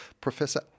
Professor